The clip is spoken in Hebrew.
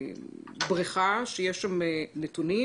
בריכה שיש בה נתונים.